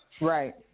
Right